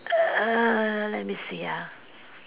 err let me see ah